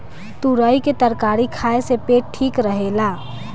तुरई के तरकारी खाए से पेट ठीक रहेला